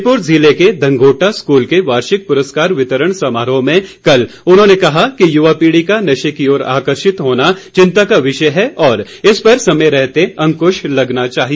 हमीरपुर जिले के धंगोटा स्कूल के वार्षिक पुरस्कार वितरण समारोह में कल उन्होंने कहा कि यूवा पीढ़ी का नशे की ओर आकर्षित होना चिंता का विषय है और इस पर समय रहते अंक्श लगना चाहिए